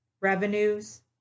revenues